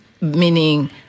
Meaning